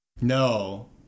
No